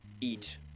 eat